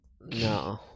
no